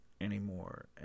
anymore